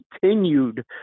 continued